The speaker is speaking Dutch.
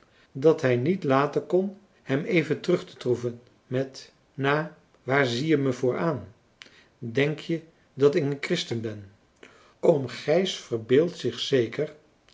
dat hij niet laten kon hem even terug te troeven met na waar zie je me voor aan denk je dat ik een christen ben oom gijs verbeeldt zich zeker